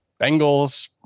Bengals